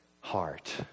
heart